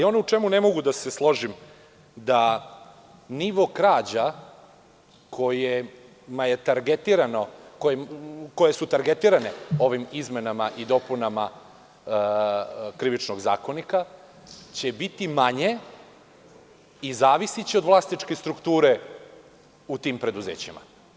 Ono u čemu ne mogu da se složim je da nivo krađa koje su targetirane ovim izmenama i dopunama Krivičnog zakonika će biti manje i zavisiće od vlasničke strukture u tim preduzećima.